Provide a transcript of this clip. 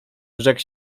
rzekł